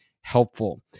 helpful